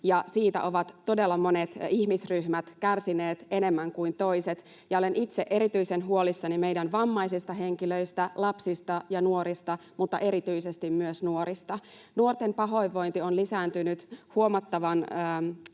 siitä ovat todella monet ihmisryhmät kärsineet enemmän kuin toiset. Olen itse erityisen huolissani meidän vammaisista henkilöistä, lapsista ja nuorista, mutta erityisesti myös nuorista. Nuorten pahoinvointi on lisääntynyt hälyttävällä